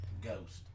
ghost